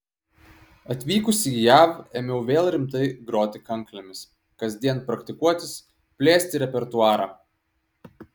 atvykusi į jav ėmiau vėl rimtai groti kanklėmis kasdien praktikuotis plėsti repertuarą